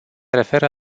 referă